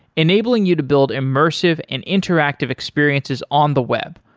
enabling you to build immersive and interactive experiences on the web,